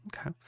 okay